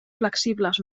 flexibles